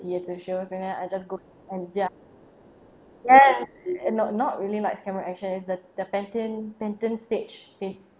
theatre shows and then I just go and ya yes and no not really like camera action is the the pantheon pantheon stage space